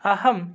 अहं